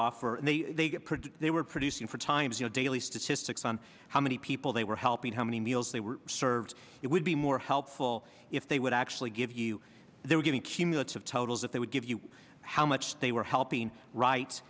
offer they produce they were producing four times you know daily statistics on how many people they were helping how many meals they were served it would be more helpful if they would actually give you they were giving cumulative totals that they would give you how much they were helping right